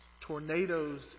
tornadoes